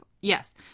Yes